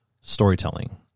storytelling